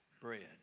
bread